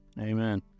Amen